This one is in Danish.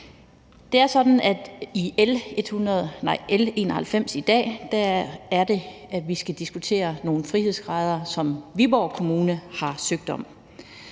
i L 91 i dag skal vi diskutere nogle frihedsgrader, som Viborg Kommune har søgt om.